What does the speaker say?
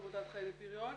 עמותת חן לפריון.